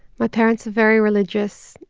my parents are very religious.